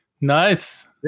Nice